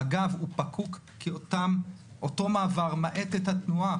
אגב, הוא פקוק כי אותו מעבר מאט את התנועה.